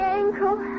ankle